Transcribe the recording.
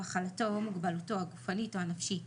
מחלתו או מוגבלותו הגופנית או הנפשית,